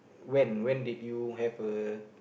when when did you have a